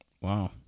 Wow